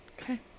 Okay